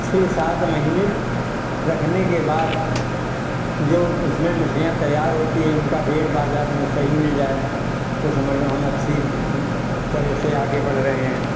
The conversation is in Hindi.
छः सात महीने रखने के बाद जो उसमें मछलियां तैयार होती है उनका रेट बाजार में सही मिल जाए तो समझ लो हम अच्छी तरह से आगे बढ़ रहे हैं